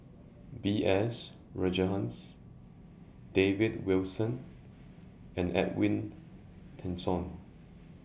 B S Rajhans David Wilson and Edwin Tessensohn